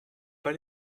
pas